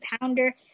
pounder